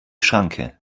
schranke